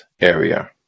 area